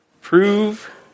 prove